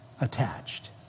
attached